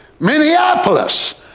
Minneapolis